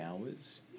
hours